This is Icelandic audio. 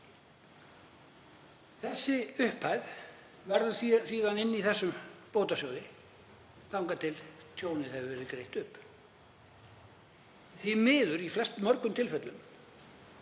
Þessi upphæð verður síðan inni í þessum bótasjóði þangað til tjónið hefur verið greitt upp. Því miður verður í mörgum tilfellum